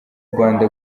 rwanda